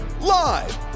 live